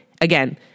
again